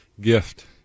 gift